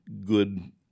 good